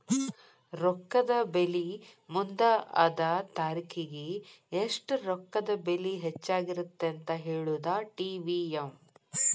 ರೊಕ್ಕದ ಬೆಲಿ ಮುಂದ ಅದ ತಾರಿಖಿಗಿ ಎಷ್ಟ ರೊಕ್ಕದ ಬೆಲಿ ಹೆಚ್ಚಾಗಿರತ್ತಂತ ಹೇಳುದಾ ಟಿ.ವಿ.ಎಂ